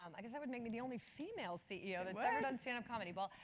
um i guess that would make me the only female ceo that's ever done standup comedy. well,